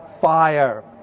fire